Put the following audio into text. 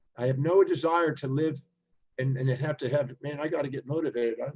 i have no desire to live and and it have to have, man i gotta get motivated,